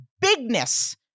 bigness